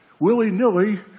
willy-nilly